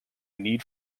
need